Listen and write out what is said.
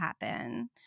happen